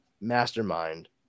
mastermind